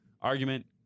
Argument